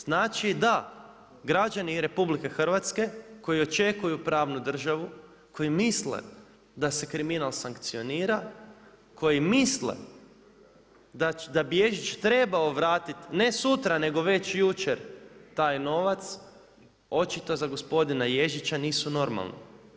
Znači da građani RH koji očekuju pravnu državu, koji misle da se kriminal sankcionira, koji misle da bi Ježić trebao vratiti ne sutra nego već jučer taj novac, očito za gospodina Ježića nisu normalni.